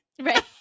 Right